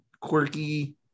quirky